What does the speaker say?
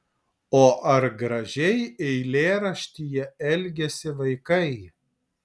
o ar gražiai eilėraštyje elgiasi vaikai